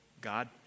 God